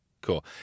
Cool